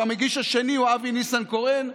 והמגיש השני הוא אבי ניסנקורן,